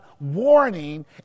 warning